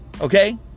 okay